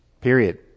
period